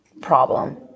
problem